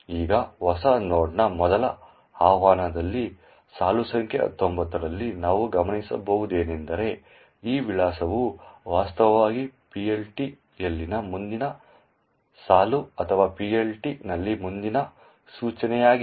ಈಗ ಹೊಸ ನೋಡ್ನ ಮೊದಲ ಆಹ್ವಾನದಲ್ಲಿ ಸಾಲು ಸಂಖ್ಯೆ 19 ರಲ್ಲಿ ನಾವು ಗಮನಿಸುವುದೇನೆಂದರೆ ಈ ವಿಳಾಸವು ವಾಸ್ತವವಾಗಿ PLT ಯಲ್ಲಿನ ಮುಂದಿನ ಸಾಲು ಅಥವಾ PLT ನಲ್ಲಿ ಮುಂದಿನ ಸೂಚನೆಯಾಗಿದೆ